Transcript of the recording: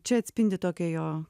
čia atspindi tokią jo